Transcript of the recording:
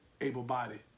able-bodied